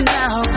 now